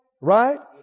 right